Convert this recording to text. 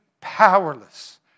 powerless